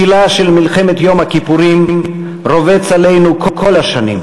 צלה של מלחמת יום הכיפורים רובץ עלינו כל השנים,